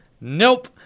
Nope